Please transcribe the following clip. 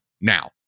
Now